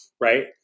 right